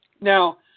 Now